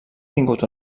tingut